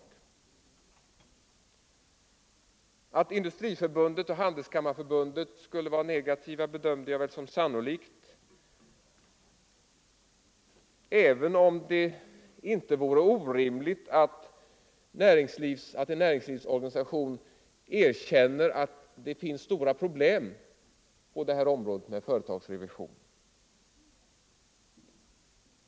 Nr 120 Att Industriförbundet och Handelskammarförbundet skulle vara ne Onsdagen den gativa bedömde jag som sannolikt, även om det inte vore orimligt att 13 november 1974 en näringslivsorganisation erkände att det finns stora problem på företagsrevisionens område.